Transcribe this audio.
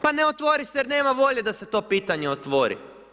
Pa ne otvori se jer nema volje da se to pitanje otvori.